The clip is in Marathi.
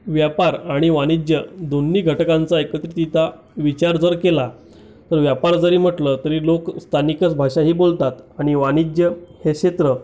व्यापार आणि वाणिज्य दोन्ही घटकांचा एकत्रितरीत्या विचार जर केला तर व्यापार जरी म्हटलं तरी लोक स्थानिकच भाषा ही बोलतात आणि वाणिज्य हे क्षेत्र